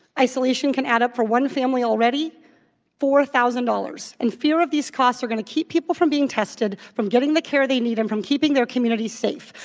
isolation can add up for one family already four thousand dollars. and fear of these costs are going to keep people from being tested, from getting the care they need, and from keeping their communities safe.